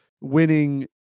winning